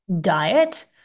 diet